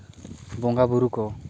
ᱵᱚᱸᱜᱟᱼᱵᱩᱨᱩ ᱠᱚ